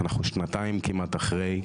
אנחנו שנתיים כמעט אחרי,